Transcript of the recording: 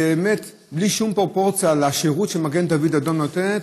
זה באמת בלי שום פרופורציה לשירות שמגן דוד אדום נותן,